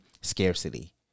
scarcity